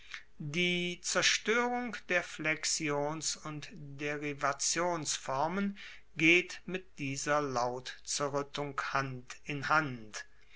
die zerstoerung der flexions und derivationsformen geht mit dieser lautzerruettung hand in hand